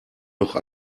noch